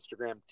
Instagram